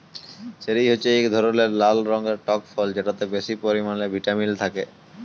cherry হছে ইক ধরলের লাল রঙের টক ফল যেটতে বেশি পরিমালে ভিটামিল থ্যাকে